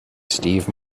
steve